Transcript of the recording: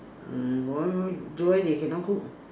mm one week do why they cannot cook